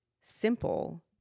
simple